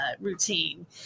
routine